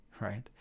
right